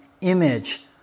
image